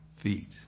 feet